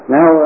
Now